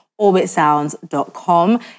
OrbitSounds.com